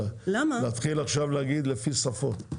להתחיל עכשיו לומר לפי שפות.